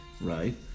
right